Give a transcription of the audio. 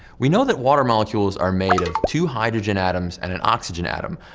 we know that water molecules are made of two hydrogen atoms and an oxygen atom,